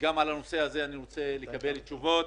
גם על הנושא הזה אני רוצה לקבל תשובות.